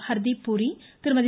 Hardeep Puri Thirumathi